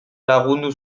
lagundu